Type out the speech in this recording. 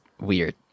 weird